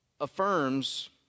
affirms